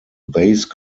base